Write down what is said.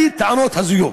אלה טענות הזויות,